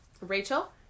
Rachel